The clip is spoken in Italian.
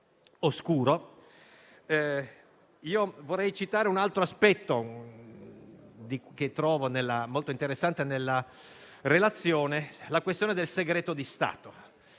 Vorrei citare un altro aspetto che trovo molto interessante nella relazione: la questione del segreto di Stato.